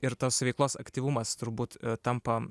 ir tos veiklos aktyvumas turbūt tampa